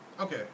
Okay